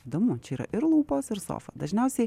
įdomu čia yra ir lūpos ir sofa dažniausiai